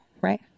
right